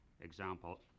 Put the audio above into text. Example